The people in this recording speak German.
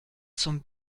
zum